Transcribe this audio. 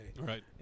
Right